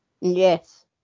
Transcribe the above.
Yes